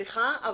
סליחה,